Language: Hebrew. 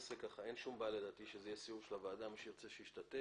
אין שום בעיה שזה יהיה סיור של הוועדה ומי שירצה ישתתף.